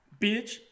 bitch